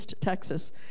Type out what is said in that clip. Texas